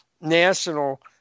national